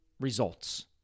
results